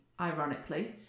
ironically